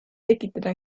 tekitada